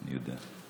אני יודע.